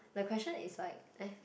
the question is like eh